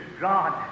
God